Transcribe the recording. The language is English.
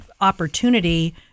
opportunity